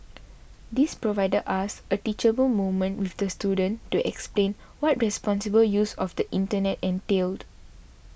this provided us a teachable moment with the student to explain what responsible use of the Internet entailed